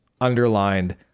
underlined